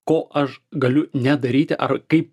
ko aš galiu nedaryti ar kaip